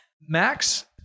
Max